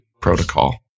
protocol